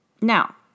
Now